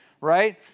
right